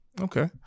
Okay